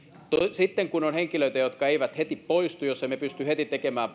sitten kun on henkilöitä jotka eivät heti poistu jos emme pysty heti tekemään